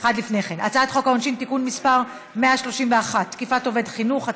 אחד לפני כן: הצעת חוק העונשין (תיקון מס' 131) (תקיפת עובד חינוך),